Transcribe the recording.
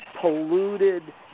polluted